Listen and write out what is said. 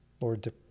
Lord